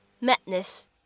madness